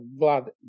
Vlad